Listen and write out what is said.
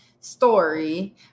Story